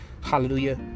Hallelujah